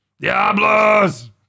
Diablos